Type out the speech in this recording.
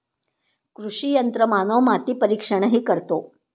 कृषी यंत्रमानव माती परीक्षणही करतो